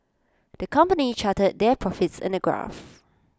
the company charted their profits in A graph